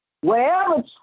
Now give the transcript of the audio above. Wherever